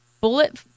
bullet